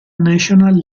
national